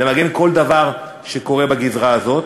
למגן כל דבר שקורה בגזרה הזאת.